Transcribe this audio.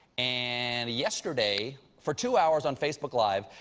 and yesterday for two hours on facebook live,